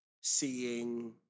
seeing